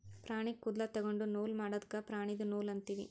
ಪ್ರಾಣಿ ಕೂದಲ ತೊಗೊಂಡು ನೂಲ್ ಮಾಡದ್ಕ್ ಪ್ರಾಣಿದು ನೂಲ್ ಅಂತೀವಿ